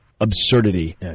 absurdity